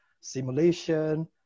simulation